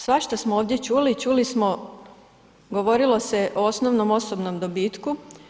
Svašta smo ovdje čuli, čuli smo, govorilo se o osnovnom osobnom dobitku.